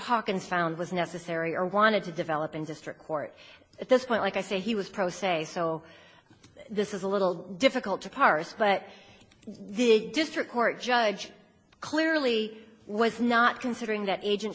hawkins found was necessary or wanted to develop and district court at this point like i say he was pro se so this is a little difficult to parse but the district court judge clearly was not considering that agent